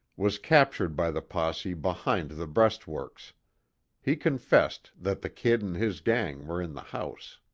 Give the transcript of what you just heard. was captured by the posse behind the breastworks. he confessed that the kid and his gang were in the house.